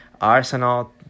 Arsenal